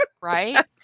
Right